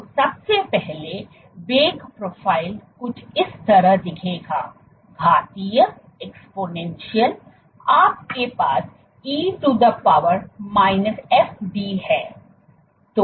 तो सबसे पहले वेग प्रोफ़ाइल कुछ इस तरह दिखेगा घातीय आपके पास e to the power fd है